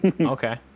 okay